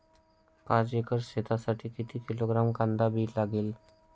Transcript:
पाच एकर शेतासाठी किती किलोग्रॅम कांदा बी लागेल?